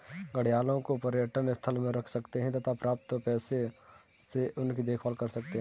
घड़ियालों को पर्यटन स्थल में रख सकते हैं तथा प्राप्त पैसों से उनकी देखभाल कर सकते है